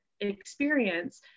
experience